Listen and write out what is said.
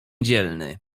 dzielny